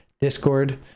discord